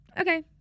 Okay